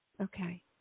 Okay